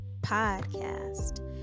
podcast